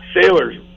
sailor's –